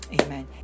Amen